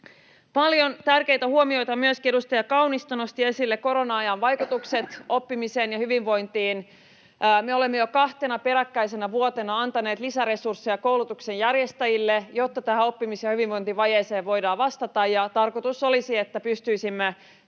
Paljon tärkeitä huomioita, ja myöskin edustaja Kaunisto nosti esille korona-ajan vaikutukset oppimiseen ja hyvinvointiin: Me olemme jo kahtena peräkkäisenä vuotena antaneet lisäresursseja koulutuksenjärjestäjille, jotta tähän oppimis- ja hyvinvointivajeeseen voidaan vastata, ja tarkoitus olisi, [Puhemies